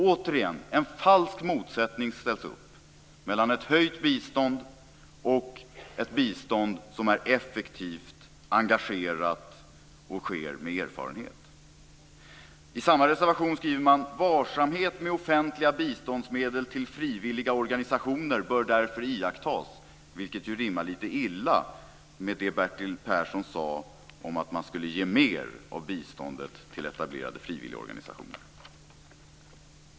Återigen: En falsk motsättning ställs upp mellan ett höjt bistånd och ett bistånd som är effektivt, engagerat och sker med erfarenhet. I samma reservation skriver man: "Varsamhet med offentliga biståndsmedel till frivilliga organisationer bör därför iakttas." Det rimmar ju lite illa med det som Bertil Persson sade om att man skulle ge mer av biståndet till etablerade frivilligorganisationer.